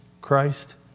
Christ